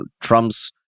Trump's